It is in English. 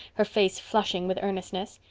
her face flushing with earnestness.